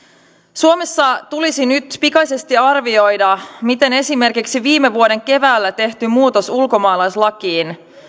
suomessa tulisi nyt pikaisesti arvioida miten esimerkiksi viime vuoden keväällä tehty muutos ulkomaalaislakiin